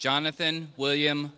jonathan william